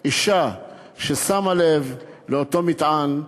אישה שמה לב לאותו מטען,